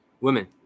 women